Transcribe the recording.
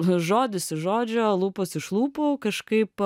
ž žodis iš žodžio lūpos iš lūpų kažkaip